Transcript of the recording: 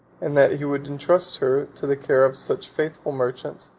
and that he would intrust her to the care of such faithful merchants,